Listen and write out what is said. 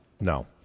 no